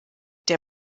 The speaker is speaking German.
der